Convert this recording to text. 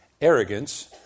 arrogance